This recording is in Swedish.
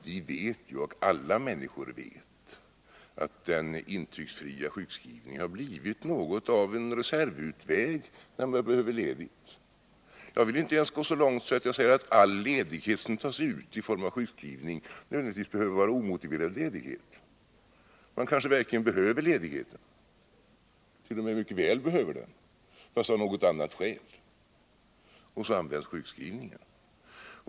Vi vet — och alla människor vet — att den intygsfria sjukskrivningen har blivit något av en reservutväg, när man behöver ledigt. Jag vill inte ens gå så långt som att säga att all ledighet som tas ut i form av sjukskrivning nödvändigtvis behöver vara omotiverad ledighet. Man kanske verkligen behöver ledigheten —-t.o.m. mycket väl — fast av något annat skäl, och så utnyttjar man sjukskrivningen.